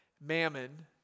mammon